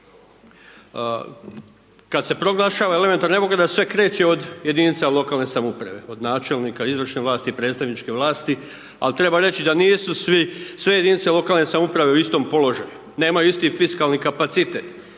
Kad se proglašava elementarna nepogoda sve kreće od jedinica lokalne samouprave, od načelnika, izvršne vlasti, predstavničke vlasti ali treba reći da nisu sve jedinice lokalne samouprave u istom položaju, nemaju isti fiskalni kapacitet,